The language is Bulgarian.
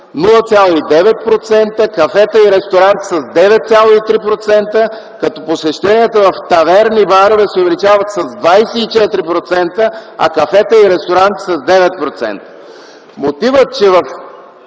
0,9%, в кафета и ресторанти – с 9,3%, като посещенията в таверни и барове се увеличават с 24%, а в кафета и ресторанти – с 9%.